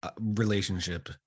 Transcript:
relationship